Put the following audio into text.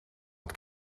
het